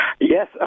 Yes